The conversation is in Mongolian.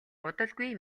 удалгүй